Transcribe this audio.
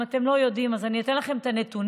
אם אתם לא יודעים אז אני אתן לכם את הנתונים,